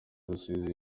rusizi